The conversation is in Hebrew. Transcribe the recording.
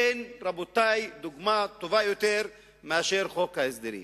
אין, רבותי, דוגמה טובה יותר מחוק ההסדרים: